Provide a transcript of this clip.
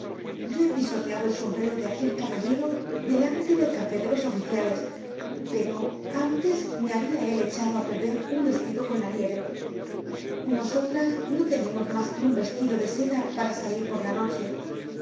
yo he pisoteado el sombrero de aquel caballero delante del café de los oficiales pero antes me habia él echado á perder un vestido con la nieve nosotras no tenemos mas que un vestido de seda para salir por la noche